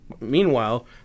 Meanwhile